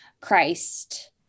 Christ